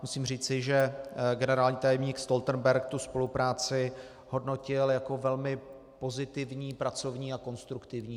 Musím říci, že generální tajemník Stoltenberg spolupráci hodnotil jako velmi pozitivní, pracovní a konstruktivní.